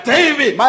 David